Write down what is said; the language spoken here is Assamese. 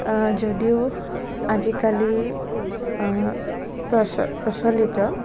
যদিও আজিকালি প্ৰচলিত